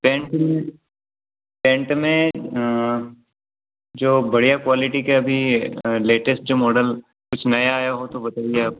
pant में pant में जो बढ़िया क्वालिटी के अभी लेटेस्ट जो मॉडल कुछ नये आये हों तो बताइए आप